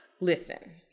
listen